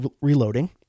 reloading